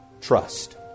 Trust